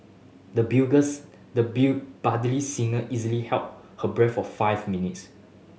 the the budding singer easily held her breath for five minutes